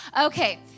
Okay